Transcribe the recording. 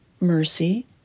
mercy